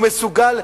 הוא מסוגל,